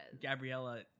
Gabriella